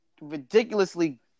ridiculously